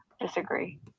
disagree